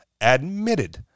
admitted